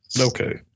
Okay